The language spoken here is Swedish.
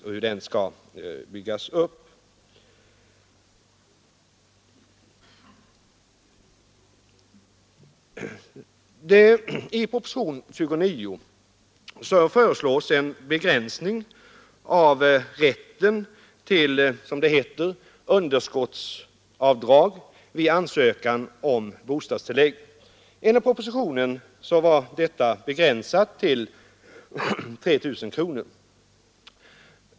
I propositionen 29 år 1973 föreslås en begränsning av rätten till ”underskottsavdrag vid ansökan om bostadstillägg”. Enligt propositionen begränsas detta avdrag till 3 000 kronor.